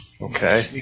Okay